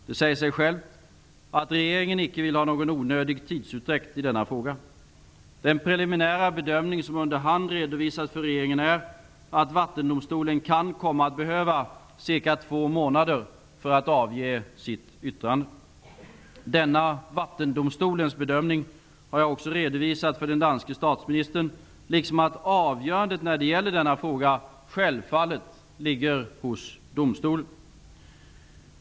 Det säger sig självt att regeringen icke vill ha någon onödig tidsutdräkt i denna fråga. Den preliminära bedömning som under hand redovisats för regeringen är att Vattendomstolen kan komma att behöva cirka två månader för att avge sitt yttrande. Denna Vattendomstolens bedömning har jag också redovisat för den danske statsministern, liksom att avgörandet när det gäller denna fråga självfallet ligger hos domstolen.